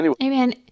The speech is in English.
Amen